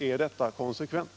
Är detta konsekvent?